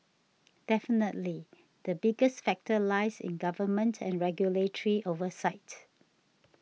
definitely the biggest factor lies in government and regulatory oversight